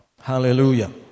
Hallelujah